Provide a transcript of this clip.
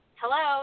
hello